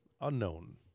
Unknown